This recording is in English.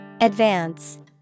Advance